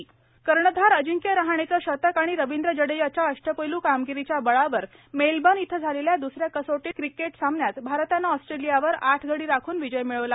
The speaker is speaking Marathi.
क्रिकेट कर्णधार अजिंक्य रहाणेचं शतक आणि रविंद्र जडेजाच्या अष्टपैल् कामगिरीच्या बळावर मेलबर्न इथं झालेल्या दुसऱ्या कसोटी क्रिकेट सामन्यात भारतानं ऑस्ट्रेलियावर आठ गडी राख्न विजय मिळवला